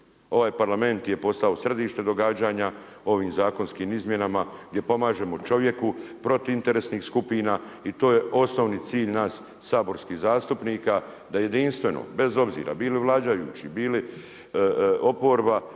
Ovaj Parlament je postao središte događanja ovim zakonskim izmjenama gdje pomažemo čovjeku, protiv interesnih skupina i to je osnovni cilj nas saborskih zastupnika da jedinstveno bez obzira bili vladajući, bili oporba,